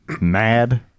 Mad